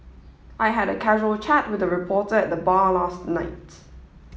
I had a casual chat with a reporter at the bar last night